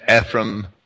Ephraim